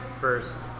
first